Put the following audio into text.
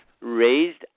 raised